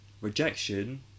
Rejection